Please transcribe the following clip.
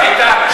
איתן,